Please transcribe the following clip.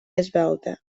esvelta